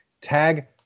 tag